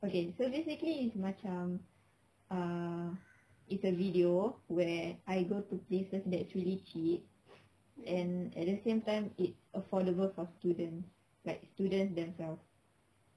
okay so basically it's macam uh it's a video where I go to places that's really cheap and at the same time it's affordable for students like students themselves